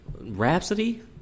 Rhapsody